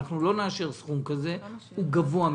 אנחנו לא נאשר סכום כזה כי הוא גבוה מדי.